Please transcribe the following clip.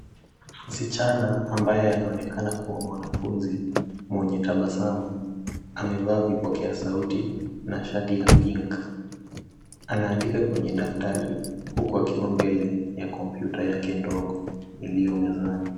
Msichana ambaye anaonekana kuwa mwanafunzi, mwenye tabasamu amevaa vipokea sauti na shati ya pink . Anaandika kwenye daftari, huku akiwa mbele ya kompyuta yake ndogo iliyo mezani.